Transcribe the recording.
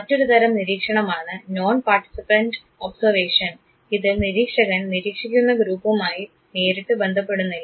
മറ്റൊരുതരം നിരീക്ഷണമാണ് non participant observation ഇതിൽ നിരീക്ഷകൻ നിരീക്ഷിക്കുന്ന ഗ്രൂപ്പുമായി നേരിട്ട് ബന്ധപ്പെടുന്നില്ല